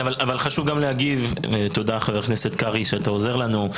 תודה, חבר הכנסת קרעי, שאתה עוזר לנו.